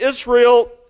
Israel